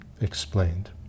explained